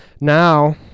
Now